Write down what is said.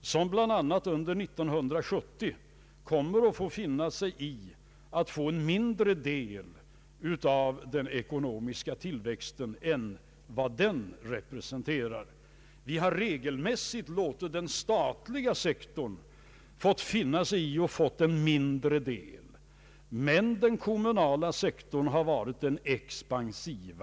som bl.a. under år 1970 får finna sig i att tillgodogöra sig en mindre del av den ekonomiska tillväxten än vad denna representerar. Vi har regelmässigt låtit den statliga sektorn finna sig i att få en mindre del, medan den kommunala sektorn har va rit expansiv.